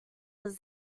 was